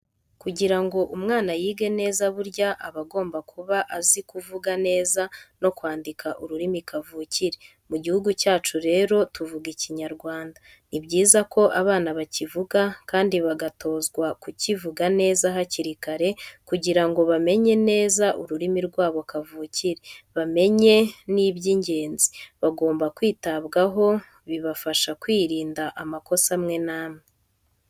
Kugira ngo umwana yige neza burya aba agomba kuba azi kuvuga neza no kwandika ururimi kavukire. Mu gihugu cyacu rero tuvuga Ikinyarwanda ni byiza ko abana bakivuga kandi bagatozwa no kukivuga neza hakiri kare kugira ngo bamenye neza ururimi rwabo kavukire, bamenye n'iby'ingenzi bagomba kwitabwaho bibafasha kwirinda amakosa amwe n'amwe.